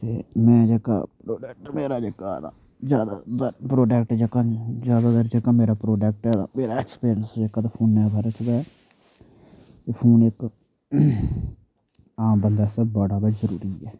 ते में जेह्का प्रोडक्ट मेरा जेह्का ऐ तां जादातर प्रोडक्ट जेह्का मेरा प्रोडक्ट ऐ तां मेरे एक्सपीरियंस जेह्का तां फोनै दे बारे च गै ऐ फोनै उप्पर आम बंदे आस्तै बड़ा गै जरूरी ऐ